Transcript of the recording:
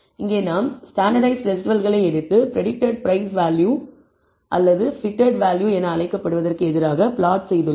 இங்கே நாம் ஸ்டாண்டர்ட்டைஸ்ட் ரெஸிடுவல்களை எடுத்து பிரடிக்டட் பிரைஸ் வேல்யூ அல்லது பிட்டட் வேல்யூ என அழைக்கப்படுவதற்கு எதிராக பிளாட் செய்துள்ளோம்